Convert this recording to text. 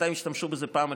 מתי השתמשו בזה בפעם הראשונה?